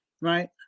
right